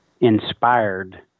inspired